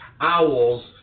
Owls